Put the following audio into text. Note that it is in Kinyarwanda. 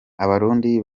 abarundi